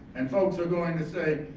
and folks are going to say,